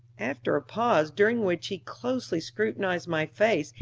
after a pause, during which he closely scrutinized my face,